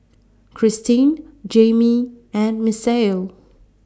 Kristen Jaimie and Misael